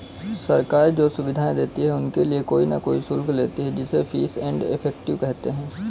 सरकार जो सुविधाएं देती है उनके लिए कोई न कोई शुल्क लेती है जिसे फीस एंड इफेक्टिव कहते हैं